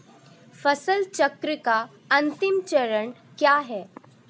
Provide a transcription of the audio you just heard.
फसल चक्र का अंतिम चरण क्या है?